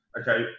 Okay